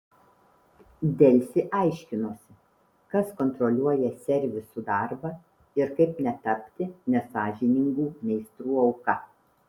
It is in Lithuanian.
delfi aiškinosi kas kontroliuoja servisų darbą ir kaip netapti nesąžiningų meistrų auka